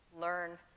learn